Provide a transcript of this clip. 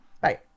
Bye